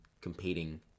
competing